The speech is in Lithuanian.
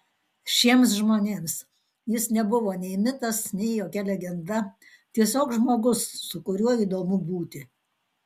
šiems žmonėms jis nebuvo nei mitas nei jokia legenda tiesiog žmogus su kuriuo įdomu būti